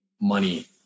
money